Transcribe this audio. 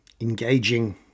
engaging